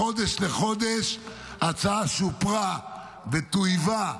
מחודש לחודש ההצעה שופרה וטויבה,